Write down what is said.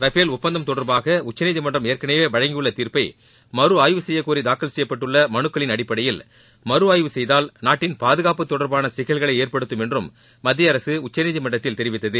Rafale ஒப்பந்தம் தொடர்பாக உச்சநீதிமன்றம் ஏற்கனவே வழங்கியுள்ள தீர்ப்பை மறு ஆய்வு கெய்யக்கோரி தூக்கல் செய்யப்பட்டுள்ள மலுக்களின் அடிப்படையில் மறு ஆய்வு செய்தால் நாட்டின் பாதுகாப்பு தொடர்பான சிக்கல்களை ஏற்படுத்தும் என்றும் மத்திய அரசு உச்சநீதிமன்றத்தில் தெரிவித்தது